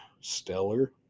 stellar